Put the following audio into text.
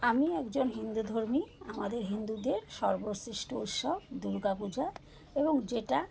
আমি একজন হিন্দুধর্মী আমাদের হিন্দুদের সর্বশ্রেষ্ঠ উৎসব দুর্গাপূজা এবং যেটা